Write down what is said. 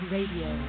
Radio